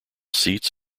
seats